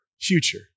future